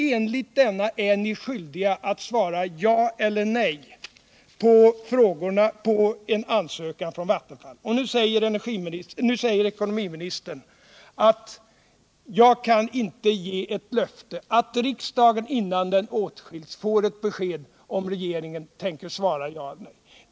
Enligt denna lag är ni skyldiga att svara ja eller nej på en ansökan från Vattenfall. Nu säger ekonomiministern att han inte kan ge ett löfte att riksdagen innan den åtskils får ett löfte om huruvida regeringen tänker svara ja eller nej.